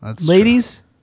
Ladies